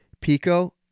pico